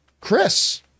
Chris